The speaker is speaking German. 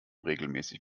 regelmäßig